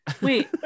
Wait